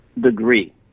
degree